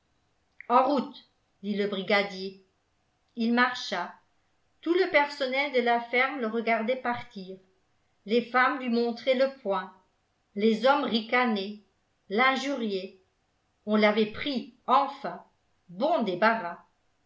en route dit le brigadier ii marcha tout le personnel de la ferme le regardait partir les femmes lui montraient le poing tes hommes ricanaient l'injuriaient on l'avait pris enfin bon débarras